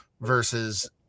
versus